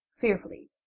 fearfully